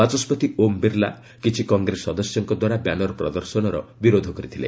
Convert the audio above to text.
ବାଚସ୍କତି ଓମ୍ ବିର୍ଲା କିଛି କଂଗ୍ରେସ ସଦସ୍ୟଙ୍କ ଦ୍ୱାରା ବ୍ୟାନର ପ୍ରଦର୍ଶନର ବିରୋଧ କରିଥିଲେ